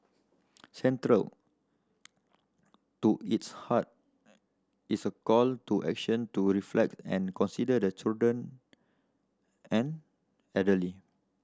central to its heart is a call to action to reflect and consider the children and elderly